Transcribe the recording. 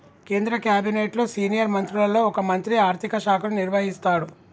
కేంద్ర క్యాబినెట్లో సీనియర్ మంత్రులలో ఒక మంత్రి ఆర్థిక శాఖను నిర్వహిస్తాడు